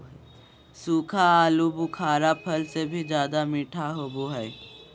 सूखा आलूबुखारा फल से भी ज्यादा मीठा होबो हइ